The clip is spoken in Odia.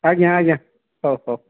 ଆଜ୍ଞା ଆଜ୍ଞା ହଉ ହଉ